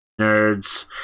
nerds